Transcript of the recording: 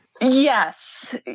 Yes